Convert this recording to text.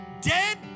Dead